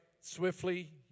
swiftly